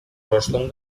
прошлом